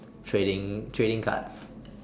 trading trading cards